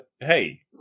Hey